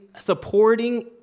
supporting